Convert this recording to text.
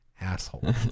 asshole